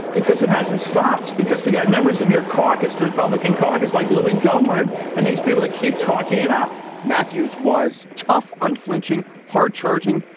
because it hasn't stopped because we got members of your caucus, republican caucus, like louie gohmert and these people to keep talking it up matthews was tough, unflinching, hard charging,